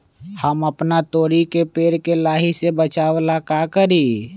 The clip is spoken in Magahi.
हम अपना तोरी के पेड़ के लाही से बचाव ला का करी?